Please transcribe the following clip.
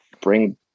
bring